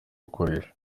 gukoresha